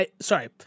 Sorry